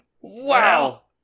Wow